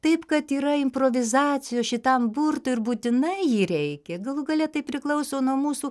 taip kad yra improvizacijos šitam burtui ir būtinai jį reikia galų gale tai priklauso nuo mūsų